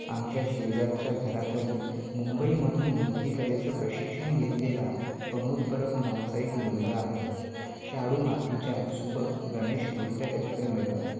आमच्या शेजारच्या घरातही मुंबईमधून मूर्तिकलेचं प्रशिक्षण घेतलेला प्रमोद परब नावाचा एक मुलगा आहे शाडू मातीच्या सुबक गणेश मूर्त्या त्याच्याकडे मिळतात